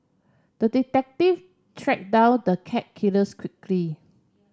the detective tracked down the cat killers quickly